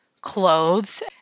clothes